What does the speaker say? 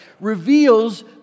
reveals